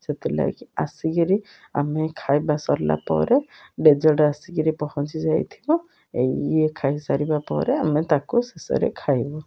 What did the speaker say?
ସେଥିଲାଗି ଆସିକିରି ଆମେ ଖାଇବା ସରିଲା ପରେ ଡେଜର୍ଟ ଆସିକିରି ପହଞ୍ଚି ଯାଇଥିବ ଇଏ ଖାଇସାରିବା ପରେ ଆମେ ତାକୁ ଶେଷରେ ଖାଇବୁ